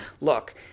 look